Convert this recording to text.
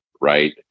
right